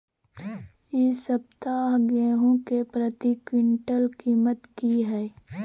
इ सप्ताह गेहूं के प्रति क्विंटल कीमत की हय?